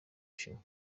bushinwa